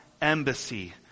embassy